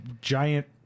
giant